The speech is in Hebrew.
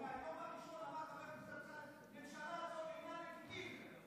מהיום הראשון אמר חבר הכנסת אמסלם: הממשלה הזו אינה לגיטימית.